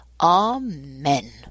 Amen